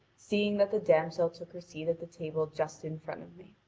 seeing that the damsel took her seat at the table just in front of me.